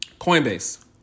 Coinbase